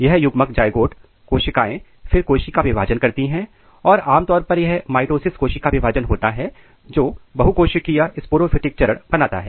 यह युग्मक जाएगोट कोशिकाएं फिर कोशिका विभाजन करती हैं आमतौर पर यह माइटोसिस कोशिका विभाजन होता है जो बहुकोशिकीय स्पोरोफिटिक चरण बनाता है